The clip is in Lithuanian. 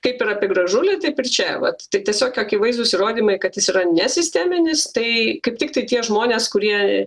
kaip ir apie gražulį taip ir čia vat tai tiesiog akivaizdūs įrodymai kad jis yra ne sisteminis tai kaip tiktai tie žmonės kurie